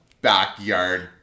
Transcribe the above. backyard